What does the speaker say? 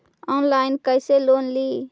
Online कैसे loan ली?